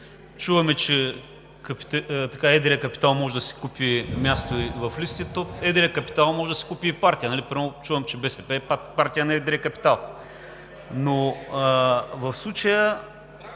Чуваме, че едрият капитал може да си купи място в листите, то едрият капитал може да си купи и партия. Примерно чувам, че БСП е партия на едрия капитал. Но в случая